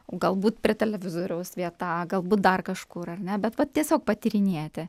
galbūt prie televizoriaus vieta galbūt dar kažkur ar ne bet vat tiesiog patyrinėti